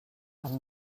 amb